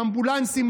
אמבולנסים,